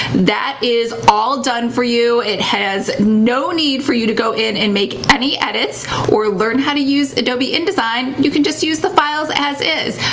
that is all done for you. it has no need for you to go in and make any edits or learn how to use adobe indesign, you can just use the files as is.